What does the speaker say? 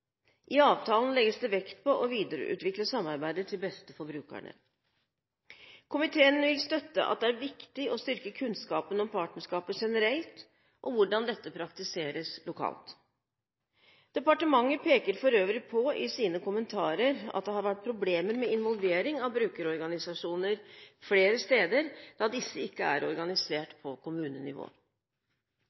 I avtalen legges det vekt på å videreutvikle samarbeidet til beste for brukerne. Komiteen vil støtte det at det er viktig å styrke kunnskapen om partnerskapet generelt, og hvordan dette praktiseres lokalt. Departementet peker for øvrig i sine kommentarer på at det har vært problemer med involvering av brukerorganisasjoner flere steder, da disse ikke er organisert på kommunenivå.